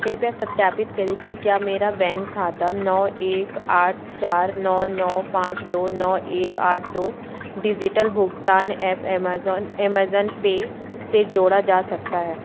कृपया सत्यापित करें कि क्या मेरा बैंक खाता नौ एक आठ चार नौ नौ पाँच दो नौ एक आठ दो डिजिटल भुगतान ऐप अमेज़न एमेजन पे से जोड़ा जा सकता है